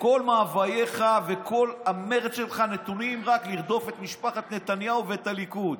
וכל מאווייך וכל המרץ שלך נתונים רק לרדוף את משפחת נתניהו ואת הליכוד